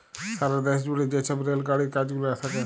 সারা দ্যাশ জুইড়ে যে ছব রেল গাড়ির কাজ গুলা থ্যাকে